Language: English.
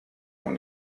when